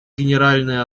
генеральная